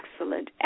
excellent